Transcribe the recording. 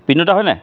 পিনু দা হয়নে